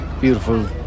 beautiful